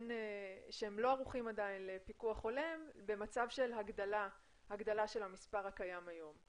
שהם לא ערוכים עדיין לפיקוח הולם במצב של הגדלה של המספר הקיים היום.